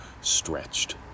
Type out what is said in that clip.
stretched